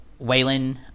Waylon